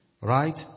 right